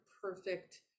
perfect